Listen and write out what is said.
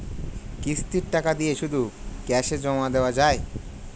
কিস্তির টাকা দিয়ে শুধু ক্যাসে জমা দেওয়া যায়?